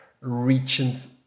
regions